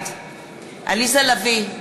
בעד עליזה לביא,